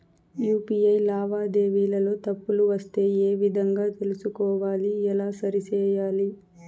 UPI లావాదేవీలలో తప్పులు వస్తే ఏ విధంగా తెలుసుకోవాలి? ఎలా సరిసేయాలి?